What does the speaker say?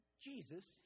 Jesus